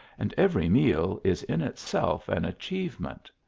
and every meal is in itself an achievement!